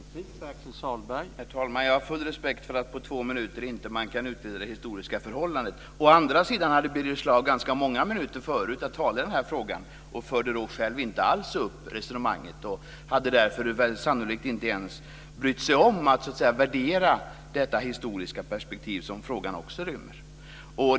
Herr talman! Jag har full respekt för att man på två minuter inte kan utreda det historiska förhållandet. Å andra sidan hade Birger Schlaug tidigare ganska många minuter på sig när han talade i den här frågan, men då tog han inte alls upp detta resonemang. Sannolikt hade han inte brytt sig om att värdera det historiska perspektivet som också ryms i den här frågan.